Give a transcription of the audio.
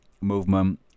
movement